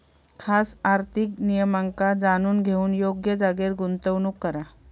खास आर्थिक नियमांका जाणून घेऊन योग्य जागेर गुंतवणूक करा